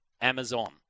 Amazon